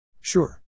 Sure